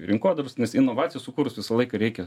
rinkodaros inovaciją sukūrus visą laiką reikia